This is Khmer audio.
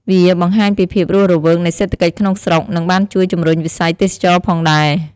វាបង្ហាញពីភាពរស់រវើកនៃសេដ្ឋកិច្ចក្នុងស្រុក និងបានជួយជំរុញវិស័យទេសចរណ៍ផងដែរ។